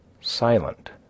silent